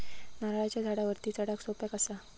नारळाच्या झाडावरती चडाक सोप्या कसा?